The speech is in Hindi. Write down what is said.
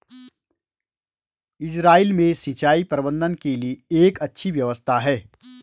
इसराइल में सिंचाई प्रबंधन के लिए एक अच्छी व्यवस्था है